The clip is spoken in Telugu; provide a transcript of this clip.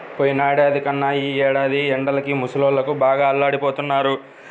పోయినేడాది కన్నా ఈ ఏడాది ఎండలకి ముసలోళ్ళు బాగా అల్లాడిపోతన్నారు